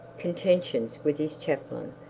contentions with his chaplain,